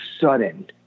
sudden